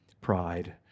pride